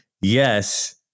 Yes